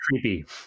creepy